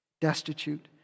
destitute